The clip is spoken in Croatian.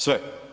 Sve.